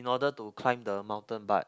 in order to climb the mountain but